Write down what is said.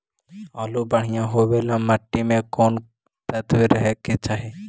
आलु बढ़िया होबे ल मट्टी में कोन तत्त्व रहे के चाही?